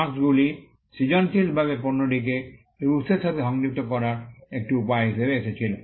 marks গুলি সৃজনশীলভাবে পণ্যটিকে এর উত্সের সাথে সংযুক্ত করার একটি উপায় হিসাবে এসেছিল